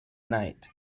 night